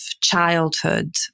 childhood